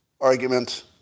argument